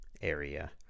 area